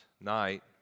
night